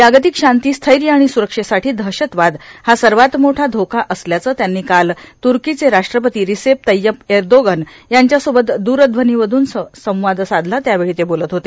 जागतिक शांती स्थैर्य आणि स्रक्षेसाठी दहशतवाद हा सर्वात मोठा धोका असल्याचं त्यांनी काल तुर्कीचे राष्ट्रपती रिसेप तैय्यप एरदोगन यांच्यासोबत दूरध्वनीवरून संवाद साधला त्यावेळी ते बोलत होते